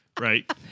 Right